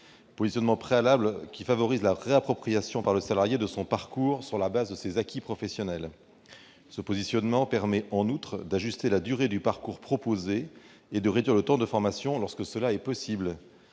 positionnement préalable favorise la réappropriation par le salarié de son parcours sur la base de ses acquis professionnels. Il permet, en outre, d'ajuster la durée du parcours proposé et de réduire le temps de formation, lorsque cela est possible.